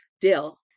dill